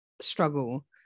struggle